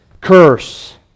curse